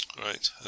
Right